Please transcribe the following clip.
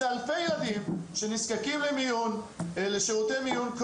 אלה אלפי ילדים שנזקקים לשירותי מיון,